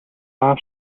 аав